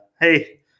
hey